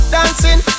Dancing